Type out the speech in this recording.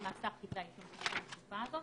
מה סך כתבי האישום שהוגשו בתקופה הזאת,